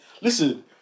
Listen